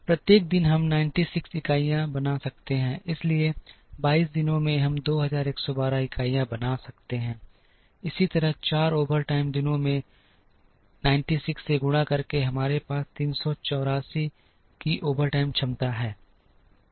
प्रत्येक दिन हम 96 इकाइयाँ बना सकते हैं इसलिए 22 दिनों में हम 2112 इकाइयाँ बना सकते हैं इसी तरह 4 ओवरटाइम दिनों में 96 से गुणा करके हमारे पास 384 की ओवरटाइम क्षमता है